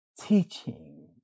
teaching